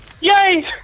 Yay